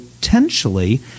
potentially